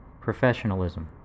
Professionalism